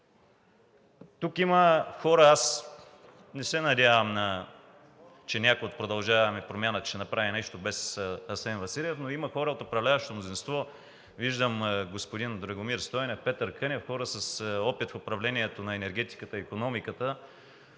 Тук има хора, аз не се надявам, че някой от „Продължаваме Промяната“ ще направи нещо без Асен Василев, но има хора от управляващото мнозинство – виждам господин Драгомир Стойнев, Петър Кънев – хора с опит в управлението на енергетиката и икономиката,